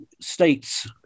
states